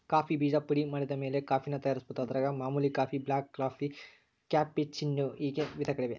coffee ಬೀಜ ಪುಡಿಮಾಡಿದಮೇಲೆ ಕಾಫಿನ ತಯಾರಿಸ್ಬೋದು, ಅದರಾಗ ಮಾಮೂಲಿ ಕಾಫಿ, ಬ್ಲಾಕ್ಕಾಫಿ, ಕ್ಯಾಪೆಚ್ಚಿನೋ ಹೀಗೆ ವಿಧಗಳಿವೆ